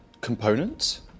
components